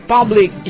Public